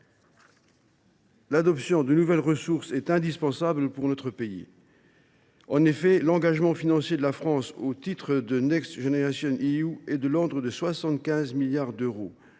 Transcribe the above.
2020. Une telle mesure est indispensable pour notre pays. En effet, l’engagement financier de la France au titre de Next Generation EU est de l’ordre de 75 milliards d’euros.